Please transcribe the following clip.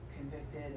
convicted